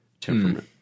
temperament